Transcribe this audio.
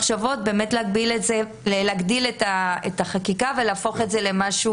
מחשבות להגדיל את החקיקה ולהפוך את זה למשהו